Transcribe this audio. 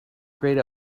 grayed